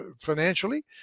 financially